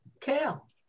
kale